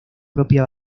propia